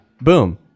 Boom